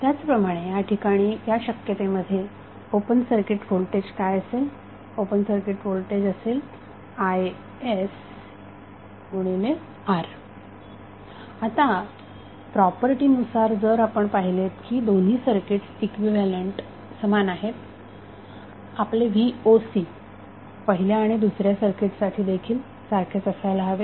त्याचप्रमाणे या ठिकाणी या शक्यतेमध्ये ओपन सर्किट व्होल्टेज काय असेल ओपन सर्किट व्होल्टेज असेल isR आता प्रॉपर्टी नुसार जर आपण पाहिलेत की दोन्ही सर्किट्स इक्विव्हॅलेन्ट समान आहेत आपले voc पहिल्या आणि दुसर्या सर्किटसाठी देखील सारखेच असायला हवे